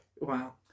Wow